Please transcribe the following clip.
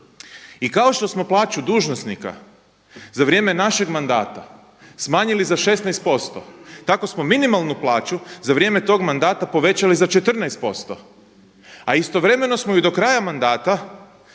I kao što smo plaću dužnosnika za vrijeme našeg mandata smanjili za 16% tako smo minimalnu plaću za vrijeme tog mandata povećali za 14% a istovremeno smo ju do kraja mandata